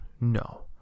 no